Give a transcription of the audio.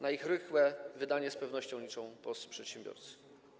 Na ich rychłe wydanie z pewnością liczą polscy przedsiębiorcy.